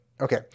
okay